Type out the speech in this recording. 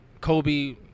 Kobe